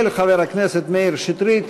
של חבר הכנסת מאיר שטרית.